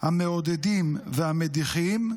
המעודדים והמדיחים,